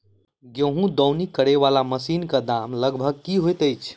गेंहूँ दौनी करै वला मशीन कऽ दाम लगभग की होइत अछि?